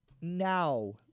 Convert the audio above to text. Now